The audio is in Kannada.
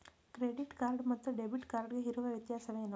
ಕ್ರೆಡಿಟ್ ಕಾರ್ಡ್ ಮತ್ತು ಡೆಬಿಟ್ ಕಾರ್ಡ್ ಗೆ ಇರುವ ವ್ಯತ್ಯಾಸವೇನು?